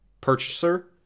purchaser